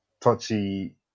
touchy